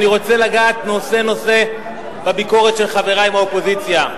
אני רוצה לגעת נושא-נושא בביקורת של חברי באופוזיציה.